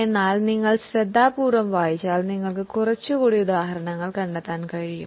പക്ഷേ നിങ്ങൾ ശ്രദ്ധാപൂർവ്വം വായിച്ചാൽ കൂടുതൽ ഉദാഹരണങ്ങൾ കണ്ടെത്താം